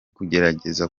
kugerageza